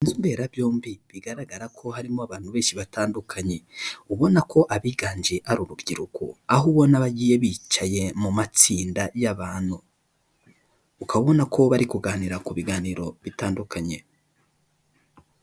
Inzu mberabyombi byombi bigaragara ko harimo abantu benshi batandukanye ubona ko abiganje ari urubyiruko, aho ubona bagiye bicaye mu matsinda y'abantu uka ba ubona ko bari kuganira ku biganiro bitandukanye.